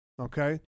okay